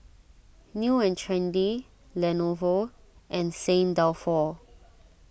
New and Trendy Lenovo and Saint Dalfour